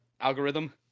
algorithm